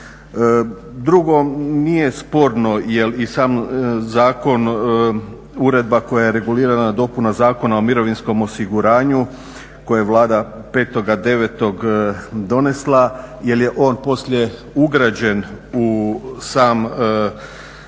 Drugo, nije sporno jer i sam zakon, uredba koja je regulirana, dopuna Zakona o mirovinskom osiguranju koje je Vlada 05.09. donesla jer je on poslije ugrađen u sam zakon,